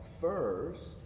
first